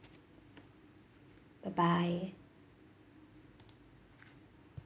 bye bye